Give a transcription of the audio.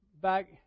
back